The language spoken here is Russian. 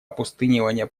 опустынивания